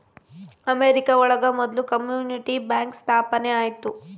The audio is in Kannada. ಅಮೆರಿಕ ಒಳಗ ಮೊದ್ಲು ಕಮ್ಯುನಿಟಿ ಬ್ಯಾಂಕ್ ಸ್ಥಾಪನೆ ಆಯ್ತು